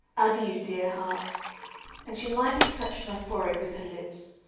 adieu, dear heart and she lightly touched my forehead with her lips.